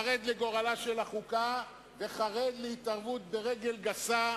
חרד לגורלה של החוקה וחרד להתערבות ברגל גסה,